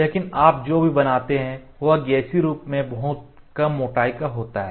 लेकिन आप जो भी बनाते हैं वह गैसीय रूप में बहुत कम मोटाई का होता है